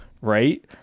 right